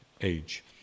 age